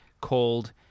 called